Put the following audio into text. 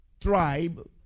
tribe